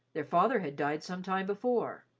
their father had died some time before.